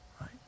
right